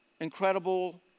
incredible